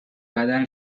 بدل